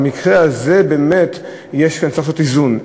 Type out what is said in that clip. אבל במקרה הזה באמת צריך לעשות איזון.